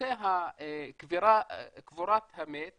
נושא קבורת המת